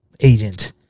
agent